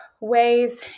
ways